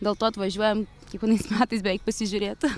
dėl to atvažiuojam kiekvienais metais beveik pasižiūrėt